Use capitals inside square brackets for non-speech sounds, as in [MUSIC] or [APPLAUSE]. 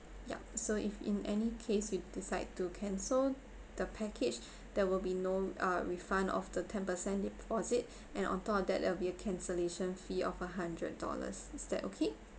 yup so if in any case you decide to cancel the package [BREATH] there will be no uh refund of the ten percent deposit and on top of that there will be a cancellation fee of a hundred dollars is that okay